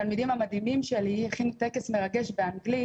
התלמידים המדהימים שלי הכינו טקס מרגש באנגלית,